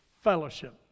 fellowship